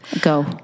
Go